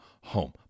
home